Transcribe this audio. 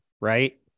right